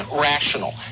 rational